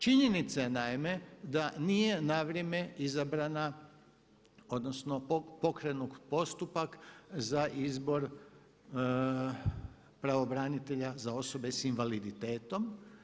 Činjenica je naime da nije na vrijeme izabrana odnosno pokrenut postupak za izbor pravobranitelja za osobe sa invaliditetom.